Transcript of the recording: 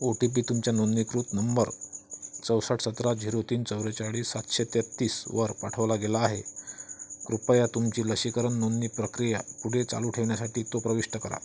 ओ T P तुमच्या नोंदणीकृत नंबर चौसष्ट सतरा झिरो तीन चव्वेचाळीस सातशे तेहेतीसवर पाठवला गेला आहे कृपया तुमची लसीकरण नोंदणी प्रक्रिया पुढे चालू ठेवण्यासाठी तो प्रविष्ट करा